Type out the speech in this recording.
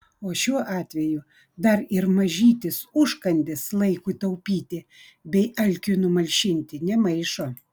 o šiuo atveju dar ir mažytis užkandis laikui taupyti bei alkiui numalšinti nemaišo